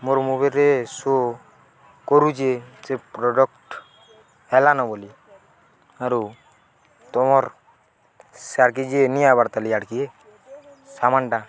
ମୋର ମୋବାଇଲରେ ଶୋ କରୁଛେ ସେ ପ୍ରଡ଼କ୍ଟ ହେଲାନ ବୋଲି ଆରୁ ତମର୍ ସାର୍କେ ଯିଏ ନିଆ ଆବାରତାଲି ଆର୍କେ ସାମାନଟା